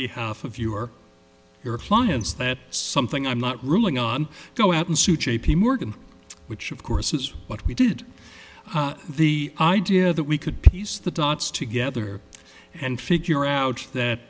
be half of you or your clients that something i'm not ruling on go out and sue j p morgan which of course is what we did the idea that we could piece the dots together and figure out that